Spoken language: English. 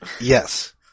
Yes